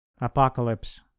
Apocalypse